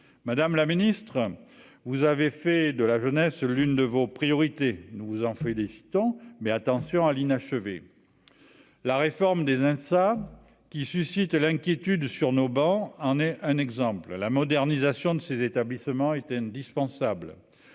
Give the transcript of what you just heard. madame la Ministre, vous avez fait de la jeunesse, l'une de vos priorités, nous nous en félicitons, mais attention à l'inachevé, la réforme des Elsa qui suscite l'inquiétude sur nos bancs en est un exemple à la modernisation de ses établissements est indispensable,